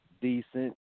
decent